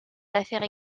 affaires